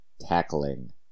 tackling